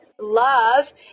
love